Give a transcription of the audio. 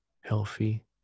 healthy